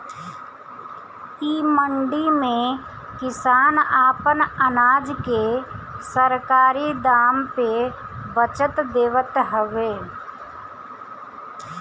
इ मंडी में किसान आपन अनाज के सरकारी दाम पे बचत देवत हवे